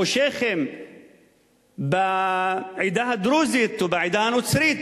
עם שיח'ים בעדה הדרוזית או בעדה הנוצרית